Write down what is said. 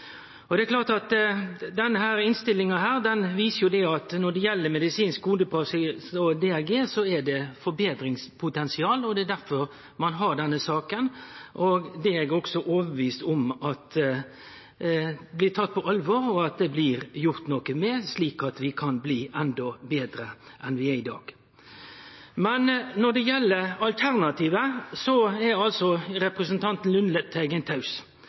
er. Det er klart at denne innstillinga viser at når det gjeld medisinsk kodepraksis og DRG, er det forbetringspotensial, og det er derfor ein har denne saka. Det er eg også overbevist om at blir teke på alvor, og at det blir gjort noko med, slik at vi kan bli endå betre enn vi er i dag. Når det gjeld alternativet, er altså representanten